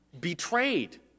betrayed